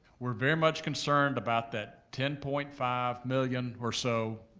we're very much concerned about that ten point five million or so,